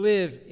Live